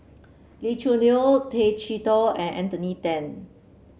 Lee Choo Neo Tay Chee Toh and Anthony Then